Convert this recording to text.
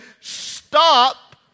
stop